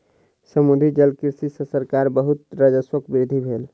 समुद्री जलकृषि सॅ सरकारक बहुत राजस्वक वृद्धि भेल